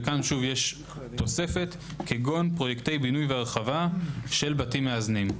וכאן שוב יש תוספת - כגון פרויקטי בינוי והרחבה של בתים מאזנים.